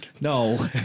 No